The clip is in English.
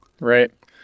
Right